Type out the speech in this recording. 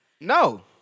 No